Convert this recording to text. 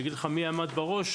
להגיד לך מי עמד בראש.